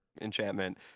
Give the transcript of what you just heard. enchantment